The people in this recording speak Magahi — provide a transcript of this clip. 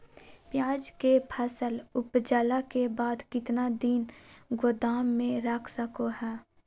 प्याज के फसल उपजला के बाद कितना दिन गोदाम में रख सको हय?